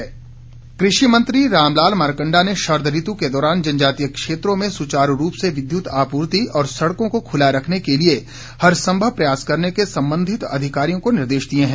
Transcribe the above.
मार्कंडा कृषि मंत्री रामलाल मार्कंडा ने शरद ऋतु के दौरान जनजातीय क्षेत्रों में सुचारू रूप से विद्युत आपूर्ति और सड़कों को खुला रखने के लिये हरसंभव प्रयास करने के संबंधित अधिकारियों को निर्देश दिये हैं